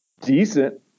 decent